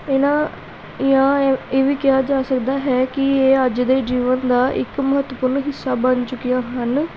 ਇਹਨਾਂ ਜਾਂ ਇਹ ਵੀ ਕਿਹਾ ਜਾ ਸਕਦਾ ਹੈ ਕਿ ਇਹ ਅੱਜ ਦੇ ਜੀਵਨ ਦਾ ਇੱਕ ਮਹੱਤਵਪੂਰਨ ਹਿੱਸਾ ਬਣ ਚੁੱਕੀਆਂ ਹਨ